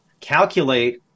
calculate